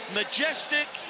majestic